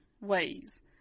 ways